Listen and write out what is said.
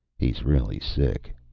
he's really sick,